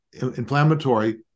inflammatory